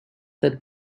that